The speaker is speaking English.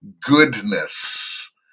goodness